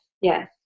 yes